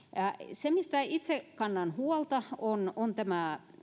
se mistä itse kannan huolta on on tämä